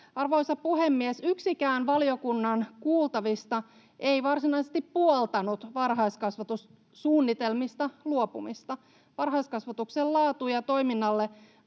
Arvoisa puhemies! Yksikään valiokunnan kuultavista ei varsinaisesti puoltanut varhaiskasvatussuunnitelmista luopumista. Varhaiskasvatuksen laatu ja toiminnalle